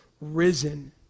risen